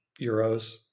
euros